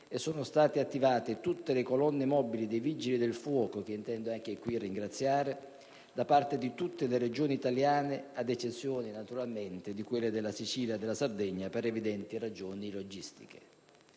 e sono state attivate tutte le colonne mobili dei Vigili del fuoco - che intendo qui ringraziare - da tutte le Regioni italiane, ad eccezione naturalmente di quelle della Sicilia e della Sardegna per evidenti ragioni logistiche.